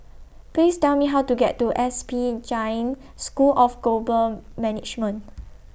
Please Tell Me How to get to S P Jain School of Global Management